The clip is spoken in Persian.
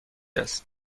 است